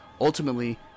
Ultimately